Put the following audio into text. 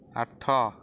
ଆଠ